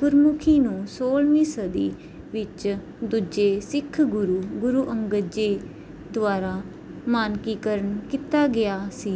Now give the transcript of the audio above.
ਗੁਰਮੁਖੀ ਨੂੰ ਸੌਲਵੀਂ ਸਦੀ ਵਿੱਚ ਦੂਜੇ ਸਿੱਖ ਗੁਰੂ ਗੁਰੂ ਅੰਗਦ ਜੀ ਦੁਆਰਾ ਮਾਨਕੀਕਰਨ ਕੀਤਾ ਗਿਆ ਸੀ